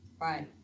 Right